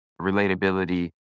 relatability